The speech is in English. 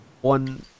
one